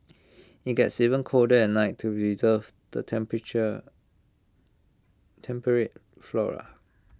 IT gets even colder at night to preserve the temperature temperate flora